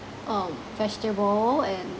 um vegetable and